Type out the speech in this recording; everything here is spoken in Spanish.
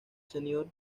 senior